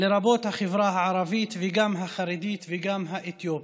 לרבות החברה הערבית, וגם החרדית וגם האתיופית.